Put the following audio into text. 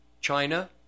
China